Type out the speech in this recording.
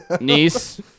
Niece